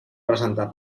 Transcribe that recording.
presentar